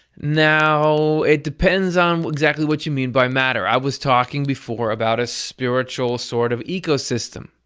now it depends on exactly what you mean by matter. i was talking before about a spiritual sort of ecosystem.